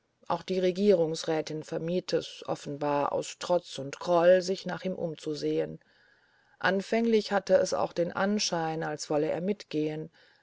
auch die regierungsrätin vermied es offenbar aus trotz und groll sich nach ihm umzusehen anfänglich hatte es auch den anschein als wolle er mitgehen